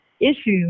issues